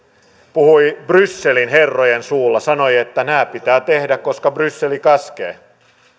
puhui brysselin herrojen suulla sanoi että nämä pitää tehdä koska bryssel käskee tämä